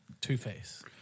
Two-Face